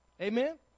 Amen